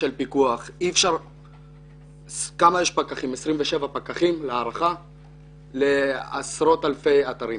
יש 27 פקחים לעשרות אלפי אתרים.